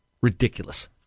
Ridiculous